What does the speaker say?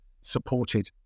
supported